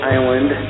Island